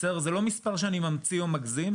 זה לא מספר שאני ממציא או מגזים,